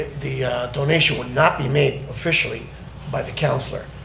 the donation would not be made officially by the councilor.